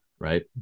right